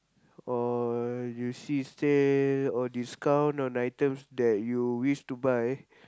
or you see sale or discount on items that you wish to buy